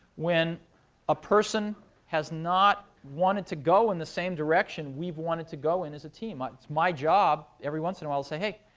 when a person has not wanted to go in the same direction we've wanted to go in as a team. ah it's my job every once in a while to say, hey,